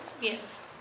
Yes